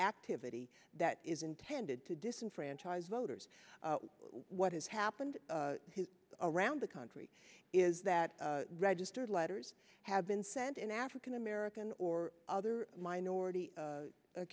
activity that is intended to disenfranchise voters what has happened around the country is that registered letters have been sent in african american or other minority